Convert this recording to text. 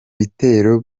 bitero